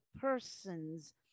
persons